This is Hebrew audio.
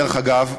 דרך אגב,